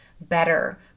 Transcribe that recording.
better